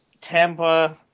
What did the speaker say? Tampa